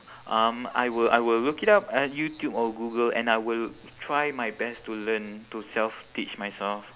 um I will I will look it up at youtube or google and I will try my best to learn to self teach myself